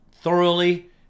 thoroughly